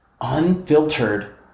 unfiltered